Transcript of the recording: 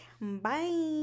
Bye